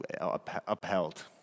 upheld